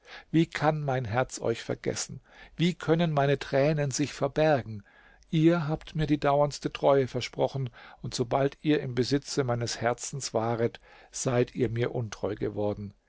wie kann mein herz euch vergessen wie können meine tränen sich verbergen ihr habt mir die dauerndste treue versprochen und sobald ihr im besitze meines herzens waret seid ihr mir untreu geworden